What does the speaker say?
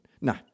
no